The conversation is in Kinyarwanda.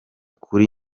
kuri